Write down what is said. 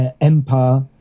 empire